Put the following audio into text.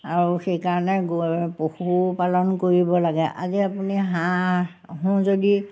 আৰু সেইকাৰণে পশুপালন কৰিব লাগে আজি আপুনি হাঁহো যদি